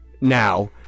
now